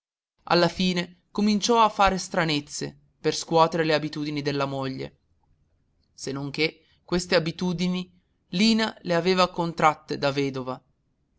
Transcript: alla fine cominciò a fare stranezze per scuotere le abitudini della moglie se non che queste abitudini lina le aveva contratte da vedova